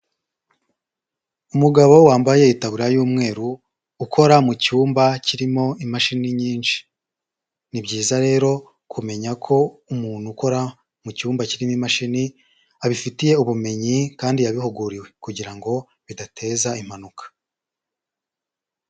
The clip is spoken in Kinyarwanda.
Umugabo wambaye itaburiya y'umweru ukora mu cyumba kirimo imashini nyinshi. Ni byiza rero kumenya ko umuntu ukora mu cyumba kirimo imashini, abifitiye ubumenyi kandi yabihuguriwe. Kugira ngo bidateza impanuka.